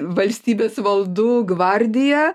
valstybės valdų gvardiją